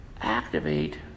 activate